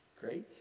Great